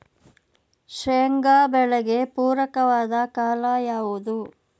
ಶೇಂಗಾ ಬೆಳೆಗೆ ಪೂರಕವಾದ ಕಾಲ ಯಾವುದು?